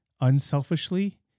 unselfishly